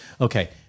Okay